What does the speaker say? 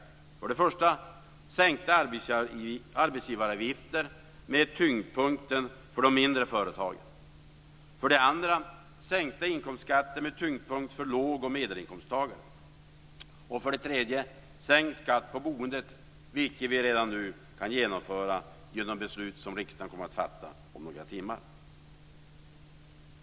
Det är för det första sänkta arbetsgivaravgifter med tyngdpunkten för de mindre företagen. Det är för det andra sänkta inkomstskatter med tyngdpunkt för låg och medelinkomsttagare. Det är för det tredje sänkt skatt på boendet, vilket vi redan nu kan genomföra genom beslut som riksdagen kommer att fatta om några timmar.